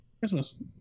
Christmas